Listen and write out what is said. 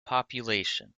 population